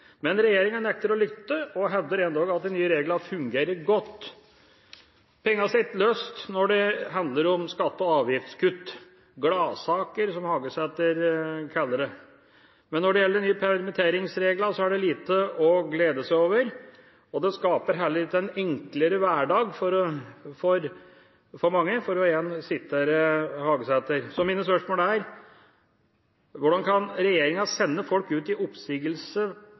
Men regjeringa nekter å lytte, og hevder endog at de nye reglene fungerer godt. Pengene sitter løst når det handler om skatte- og avgiftskutt, gladsaker, som Hagesæter kaller det. Men når det gjelder de nye permitteringsreglene, er det lite å glede seg over. Det skaper heller ikke en enklere hverdag for folk flest – igjen for å sitere Hagesæter. Så mine spørsmål er: Hvordan kan regjeringa sende folk ut i oppsigelse